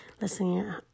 listening